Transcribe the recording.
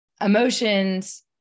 emotions